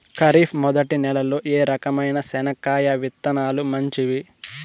ఖరీఫ్ మొదటి నెల లో ఏ రకమైన చెనక్కాయ విత్తనాలు మంచివి